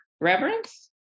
reverence